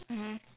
mmhmm